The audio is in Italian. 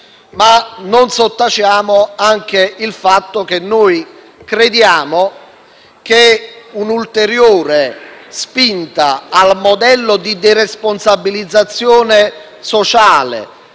Non sottaciamo neanche il fatto che noi crediamo che un'ulteriore spinta al modello di deresponsabilizzazione sociale,